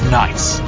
nights